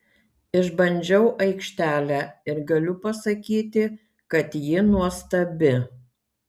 išbandžiau aikštelę ir galiu pasakyti kad ji nuostabi